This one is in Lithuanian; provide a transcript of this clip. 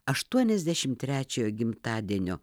aštuoniasdešimt trečiojo gimtadienio